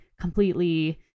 completely